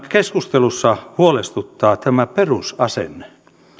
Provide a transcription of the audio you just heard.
keskustelussa huolestuttaa tämä perusasenne